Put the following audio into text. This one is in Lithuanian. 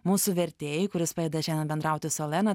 mūsų vertėjui kuris padeda šiandien bendrauti su olena